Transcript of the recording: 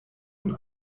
und